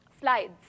slides